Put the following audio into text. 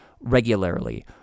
regularly